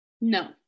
No